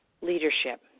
leadership